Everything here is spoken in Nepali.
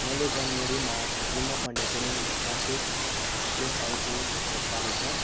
मैले जनवरीमा तिर्न पर्ने कुनै मासिक एसआइपी भुक्तानी छ